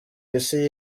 isi